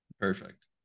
perfect